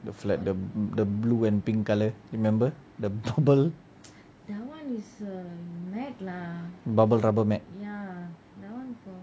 the flat the the blue and pink colour remember the bubble bubble double mat